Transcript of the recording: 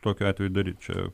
tokiu atveju daryt čia